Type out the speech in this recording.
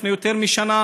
לפני יותר משנה.